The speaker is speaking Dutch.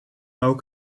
ook